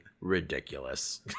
ridiculous